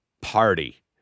party